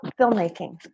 filmmaking